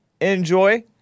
Enjoy